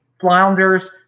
flounders